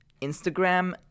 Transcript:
Instagram